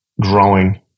growing